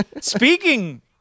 speaking